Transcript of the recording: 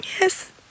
Yes